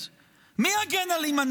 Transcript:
מי יגן על מודיעין עילית?